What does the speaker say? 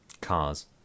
Cars